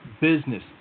business